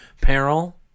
peril